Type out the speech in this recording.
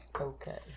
Okay